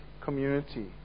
community